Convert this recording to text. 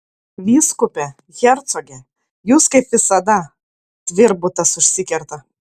vyskupe hercoge jūs kaip visada tvirbutas užsikerta